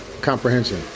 comprehension